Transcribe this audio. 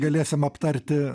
galėsim aptarti